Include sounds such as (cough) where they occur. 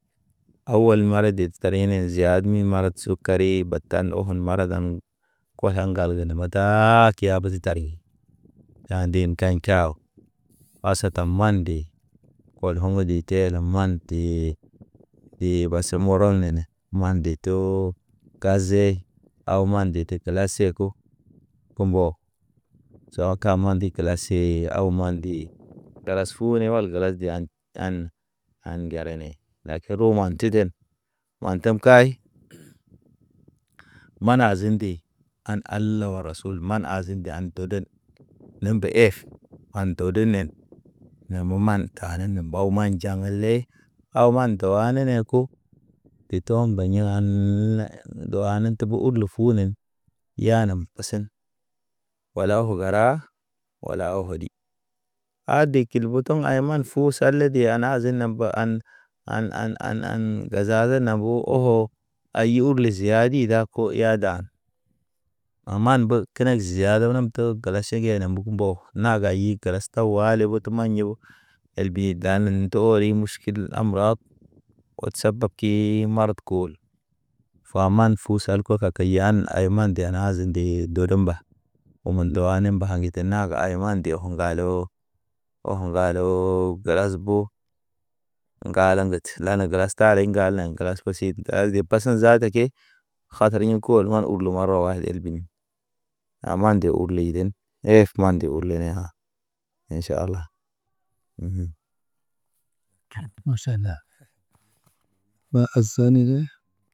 Awɔl mara de tar ine ziad min marat so kari batan ofen mara dan, koya ŋgal ke ne mataa kiya. Kiya bəs tariŋge, yan den kaw, wa se ta mande, ɔl hoŋgo de te le man te. De base mɔrɔl nene, man nde to, ka ze aw mande te gelas siye ko. Ho mbɔ, sɔ ka mande gelas se aw mande, kalas fu ne wal gelas (hesitation) ŋgara ne lakero man təden, man te kay, man hazende, an al rasul man hazende an toden. Nembe ef man tudu nen, ne moman ta nene mbaw ma njaŋ le, aw man do anene ko. I tɔ mbaɲi an, do anen tebu ud le funen, yanem ɔsen. Walaw ge gəra, walaw ko di. Ade kil butuŋ ayman fu sale de anazen mbe an, an- an- an- an gazaze nambo hoo. Ayi urlo ziadi da ko iya dan, an man mbe kenek ziada banamto gala ʃenge ena mbug mbɔg. Nagahi gelas tawali ot maɲe o, el bi danen toori muʃkil amrat, ot saba kee mart kool. Wa man fu sal ko kekeyana. Ay man nde nazen nde dori mba, umun dɔ ane mba ge te naga, ayman nde huŋga lo. Hɔg ŋgaalo gelas bu, ŋgale ŋget la ne gelas taren ŋgal ne gelas, osit dazi paseŋ zaata ke. Khatar ḭ kool man urlo marwayd el bini aman nde urleyden, kumade urle neya. In ʃala, maʃa ala ba azanig.